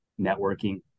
networking